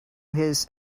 his